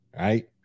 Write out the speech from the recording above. right